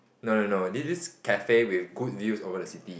no no no this this cafe with good views over the city